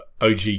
OG